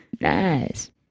Nice